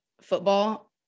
football